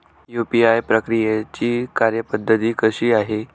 UPI प्रक्रियेची कार्यपद्धती कशी आहे?